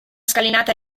scalinata